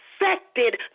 infected